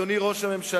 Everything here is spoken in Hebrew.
אדוני ראש הממשלה,